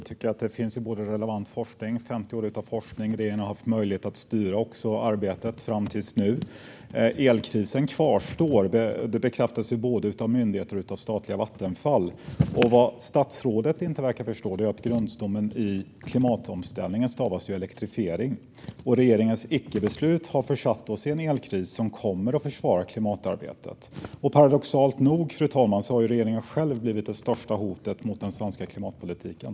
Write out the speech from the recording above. Fru talman! Det finns ju relevant forskning, 50 år av forskning, och regeringen har också haft möjlighet att styra arbetet fram till nu. Elkrisen kvarstår, det bekräftas av både myndigheter och statliga Vattenfall, och vad statsrådet inte verkar förstå är att grundstommen i klimatomställningen stavas elektrifiering. Regeringens icke-beslut har försatt oss i en elkris som kommer att försvåra klimatarbetet. Paradoxalt nog, fru talman, har regeringen själv blivit det största hotet mot den svenska klimatpolitiken.